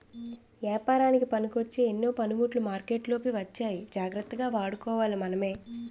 ఏపారానికి పనికొచ్చే ఎన్నో పనిముట్లు మార్కెట్లోకి వచ్చాయి జాగ్రత్తగా వాడుకోవాలి మనమే